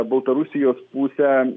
baltarusijos pusę